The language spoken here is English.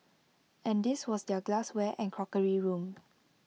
and this was their glassware and crockery room